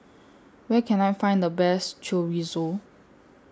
Where Can I Find The Best Chorizo